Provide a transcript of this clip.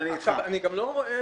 סליחה,